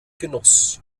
genoss